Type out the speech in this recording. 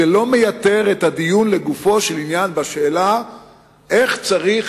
זה לא מייתר את הדיון לגופו של עניין בשאלה איך צריך